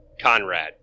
Conrad